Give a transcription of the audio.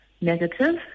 negative